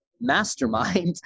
mastermind